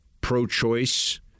pro-choice